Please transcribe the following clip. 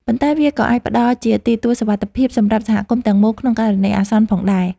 ប៉ុន្តែវាក៏អាចផ្តល់ជាទីទួលសុវត្ថិភាពសម្រាប់សហគមន៍ទាំងមូលក្នុងករណីអាសន្នផងដែរ។